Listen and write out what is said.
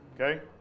okay